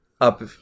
up